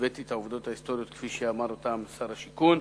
הבאתי את העובדות ההיסטוריות כפי שאמר אותן שר השיכון,